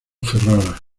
ferrara